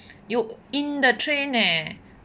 you in the train leh